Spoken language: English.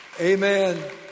Amen